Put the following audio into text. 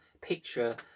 picture